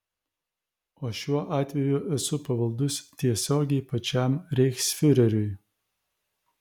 o šiuo atveju esu pavaldus tiesiogiai pačiam reichsfiureriui